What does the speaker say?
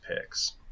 picks